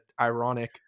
ironic